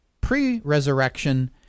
pre-resurrection